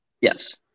yes